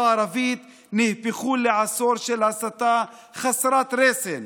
הערבית הפכו לעשור של הסתה חסרת רסן.